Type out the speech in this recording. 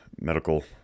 medical